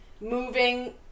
moving